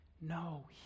No